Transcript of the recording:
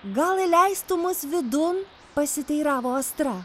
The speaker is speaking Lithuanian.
gal įleistum mus vidun pasiteiravo astra